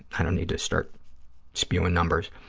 i don't need to start spewing numbers.